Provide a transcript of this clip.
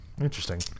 Interesting